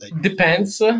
Depends